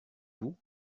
vous